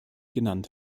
genannt